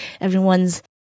everyone's